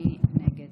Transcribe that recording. מי נגד?